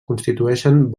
constitueixen